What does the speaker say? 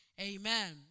Amen